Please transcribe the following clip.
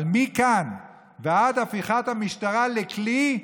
אבל מכאן ועד הפיכת המשטרה לכלי,